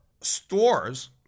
stores